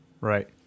Right